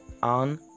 on